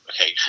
okay